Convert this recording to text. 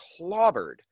clobbered